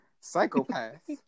Psychopath